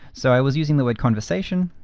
so i was using the word conversation.